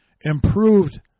improved